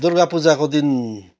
दुर्गापूजाको दिन